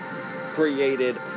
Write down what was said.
created